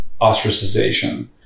ostracization